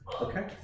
Okay